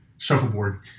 shuffleboard